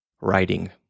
writing